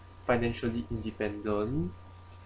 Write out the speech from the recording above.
financially independent